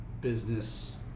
business